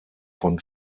von